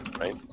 right